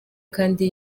kandi